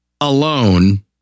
alone